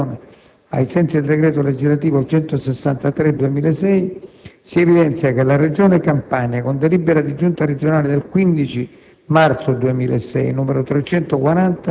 Con riferimento ai pareri espressi dalle amministrazioni, ai sensi del decreto legislativo n. 163 del 2006, si evidenzia che la Regione Campania, con delibera di giunta regionale del 15